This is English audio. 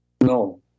no